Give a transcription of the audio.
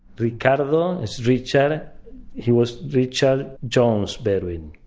ricardo! is! richard, he was richard jones berwin!